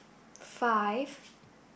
five